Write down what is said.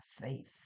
faith